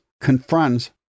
confronts